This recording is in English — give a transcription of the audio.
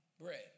Bread